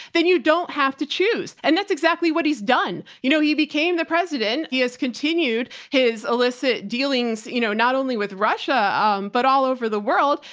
then you don't have to choose. and that's exactly what he's done. you know, he became the president. he has continued his illicit dealings, you know, not only with russia um but all over the world.